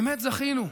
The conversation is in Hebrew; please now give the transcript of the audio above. באמת זכינו.